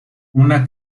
una